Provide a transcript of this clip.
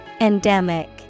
Endemic